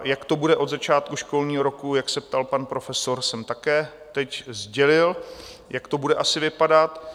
Jak to bude od začátku školního, jak se ptal pan profesor, jsem také teď sdělil, jak to bude asi vypadat.